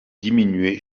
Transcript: diminuée